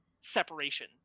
separation